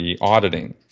auditing